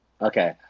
Okay